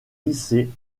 lycée